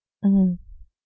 mm